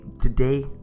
today